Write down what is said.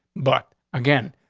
but again,